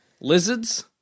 lizards